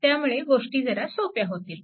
त्यामुळे गोष्टी जरा सोप्या होतील